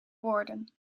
woorden